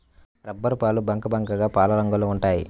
రబ్బరుపాలు బంకబంకగా పాలరంగులో ఉంటాయి